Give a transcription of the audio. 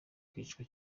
akicwa